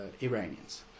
Iranians